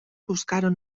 buscaron